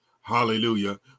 hallelujah